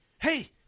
hey